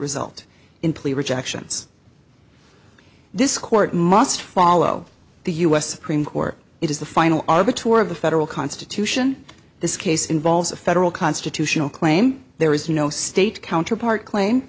result in plea rejections this court must follow the u s supreme court it is the final arbiter of the federal constitution this case involves a federal constitutional claim there is no state counterpart claim